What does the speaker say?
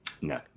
no